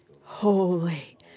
Holy